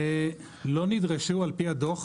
לא נדרשו על פי הדוח